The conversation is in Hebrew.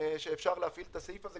שאפשר להפעיל את הסעיף הזה.